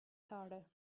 carter